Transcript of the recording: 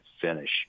finish